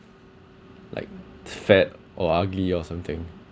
like fat or ugly or something